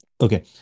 okay